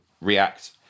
react